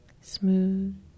smooth